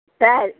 ಸರಿ